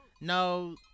No